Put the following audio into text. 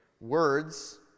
Words